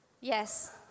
Yes